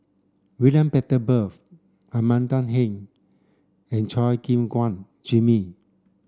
William Butterworth Amanda Heng and Chua Gim Guan Jimmy